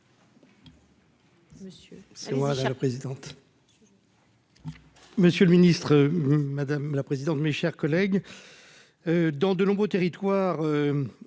Monsieur le ministre, madame la présidente, mes chers collègues, dans de nombreux territoires